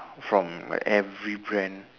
from like every brand